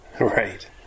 Right